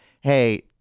hey